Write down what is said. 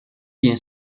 bien